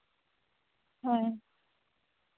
ᱦᱳᱭ